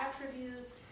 attributes